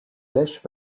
lech